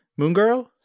Moongirl